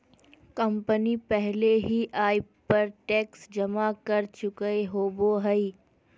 company पहले ही आय पर टैक्स जमा कर चुकय होबो हइ